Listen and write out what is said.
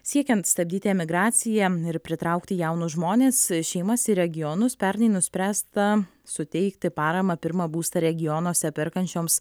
siekiant stabdyti emigraciją ir pritraukti jaunus žmones šeimas į regionus pernai nuspręsta suteikti paramą pirmą būstą regionuose perkančioms